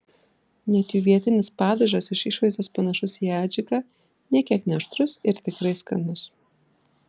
net jų vietinis padažas iš išvaizdos panašus į adžiką nė kiek neaštrus ir tikrai skanus